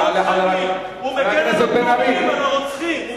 הוא מגן על מחבלים, על רוצחים.